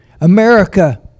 America